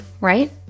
right